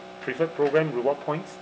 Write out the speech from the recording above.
preferred program reward points